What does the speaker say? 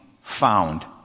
found